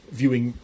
viewing